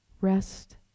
Rest